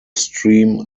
stream